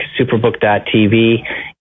superbook.tv